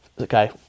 okay